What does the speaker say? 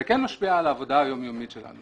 זה כן משפיע על העבודה היום-יומית שלנו.